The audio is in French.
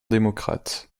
démocrate